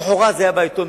למחרת זה היה בעיתון,